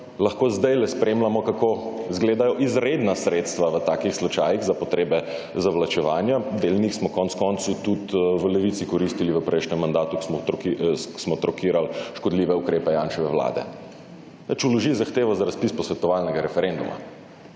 lahko sedajle spremljamo kako izgledajo izredna sredstva v takih slučajih za potrebe zavlačevanja, del njih smo konec koncev tudi v Levici koristili v prejšnjem mandatu, ko smo trokirali škodljive ukrepe Janševe vlade. Pač vložili zahtevo za razpis posvetovalnega referenduma.